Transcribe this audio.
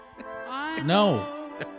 No